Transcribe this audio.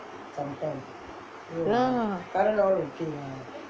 ya